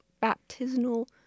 baptismal